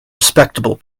respectable